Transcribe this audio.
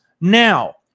Now